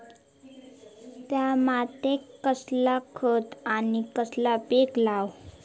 त्या मात्येत कसला खत आणि कसला पीक लाव?